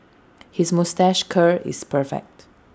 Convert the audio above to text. his moustache curl is perfect